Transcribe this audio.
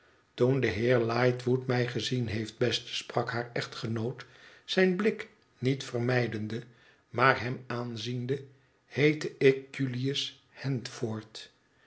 toen de heer lightwood mij gezien heeft beste sprak haar echtgenoot zijn blik niet vermijdende maar hem aanziende heette ik julms handford julius handford